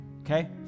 Okay